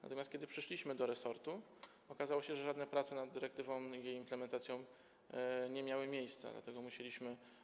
Natomiast kiedy przyszliśmy do resortu, okazało się, że żadne prace nad dyrektywą i jej implementacją nie miały miejsca, dlatego musieliśmy.